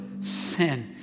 sin